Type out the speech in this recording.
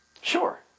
Sure